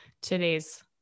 today's